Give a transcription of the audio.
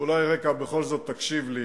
ואולי בכל זאת תקשיב לי: